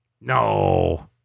No